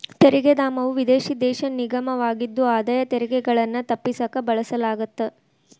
ತೆರಿಗೆ ಧಾಮವು ವಿದೇಶಿ ದೇಶ ನಿಗಮವಾಗಿದ್ದು ಆದಾಯ ತೆರಿಗೆಗಳನ್ನ ತಪ್ಪಿಸಕ ಬಳಸಲಾಗತ್ತ